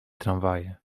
tramwaje